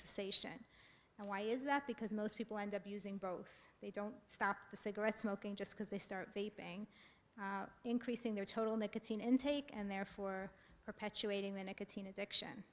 cessation and why is that because most people end up using both they don't stop the cigarette smoking just because they start beeping increasing their total nicotine intake and therefore perpetuating the nicotine addiction